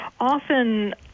often